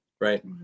Right